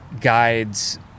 guides